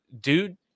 dude